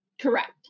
Correct